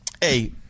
Hey